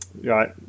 Right